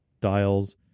dials